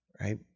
right